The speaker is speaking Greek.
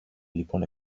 λοιπόν